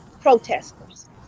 protesters